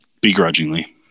begrudgingly